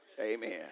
Amen